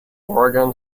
oregon